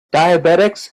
diabetics